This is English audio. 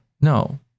No